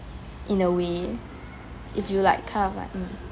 in a way if you like kind of like mm